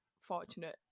fortunate